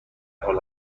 حال